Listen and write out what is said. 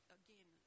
again